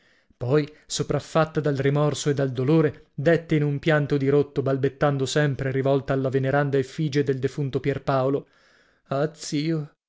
poi sopraffatta dal rimorso e dal dolore dètte in un pianto dirotto balbettando sempre rivolta alla venerata effige del defunto pierpaolo ah zio